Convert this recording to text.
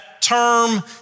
term